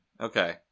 Okay